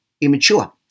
immature